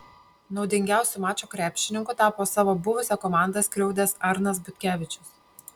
naudingiausiu mačo krepšininku tapo savo buvusią komandą skriaudęs arnas butkevičius